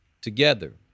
together